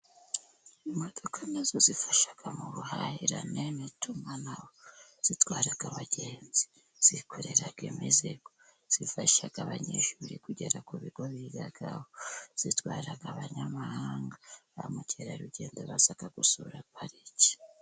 Imodoka na zo zifasha mu buhahirane n'itumanaho, zitwara abagenzi, zikorera iyo mizigo, zifasha abanyeshuri kugera ku bigo bigaho, zitwara abanyamahanga, ba mukerarugendo baza gusura pariki.